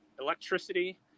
electricity